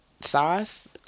sauce